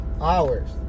hours